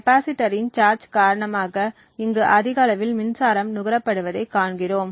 கெப்பாசிட்டரின் சார்ஜ் காரணமாக இங்கு அதிக அளவில் மின்சாரம் நுகரப்படுவதைக் காண்கிறோம்